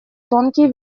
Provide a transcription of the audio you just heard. тонкие